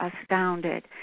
astounded